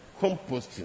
composting